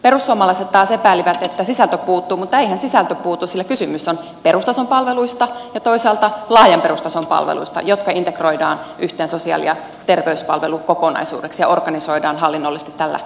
perussuomalaiset taas epäilivät että sisältö puuttuu mutta eihän sisältö puutu sillä kysymys on perustason palveluista ja toisaalta laajan perustason palveluista jotka integroidaan yhteen sosiaali ja terveyspalvelukokonaisuudeksi ja organisoidaan hallinnollisesti tällä mallilla